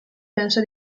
pensa